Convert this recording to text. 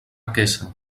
quesa